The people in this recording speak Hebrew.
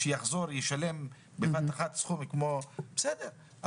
כדי שלא יצטרך לשלם כשהוא יחזור בבת-אחת סכום גדול בסדר.